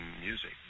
music